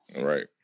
right